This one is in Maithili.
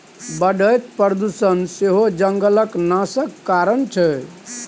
बढ़ैत प्रदुषण सेहो जंगलक नाशक कारण छै